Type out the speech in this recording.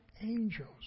angels